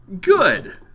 good